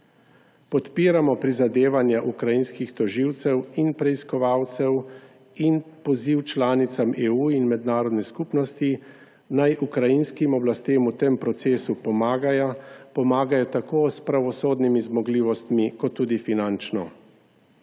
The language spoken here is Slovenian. Podpiramo prizadevanja ukrajinskih tožilcev in preiskovalcev in poziv članicam EU in mednarodni skupnosti, naj ukrajinskim oblastem v tem procesu pomagajo, pomagajo tako s pravosodnimi zmogljivostmi kot tudi finančno.